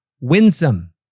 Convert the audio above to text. winsome